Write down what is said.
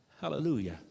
hallelujah